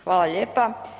Hvala lijepa.